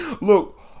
Look